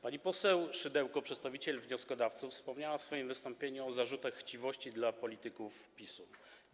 Pani poseł Szydełko, przedstawiciel wnioskodawców, wspomniała w swoim wystąpieniu o zarzutach chciwości wobec polityków PiS-u.